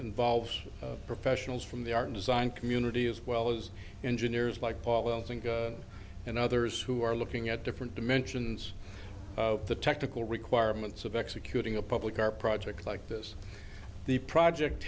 involves professionals from the art design community as well as engineers like paul and others who are looking at different dimensions of the technical requirements of executing a public art project like this the project